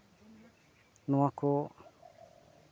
ᱱᱚᱣᱟ ᱠᱚ